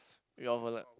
free omelette